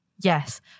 Yes